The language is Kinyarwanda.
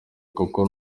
kuko